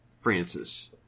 Francis